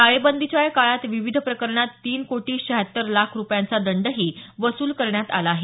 टाळेबंदीच्या या काळात विविध प्रकरणांत तीन कोटी शहात्तर लाख रुपयांचा दंडही वसूल करण्यात आला आहे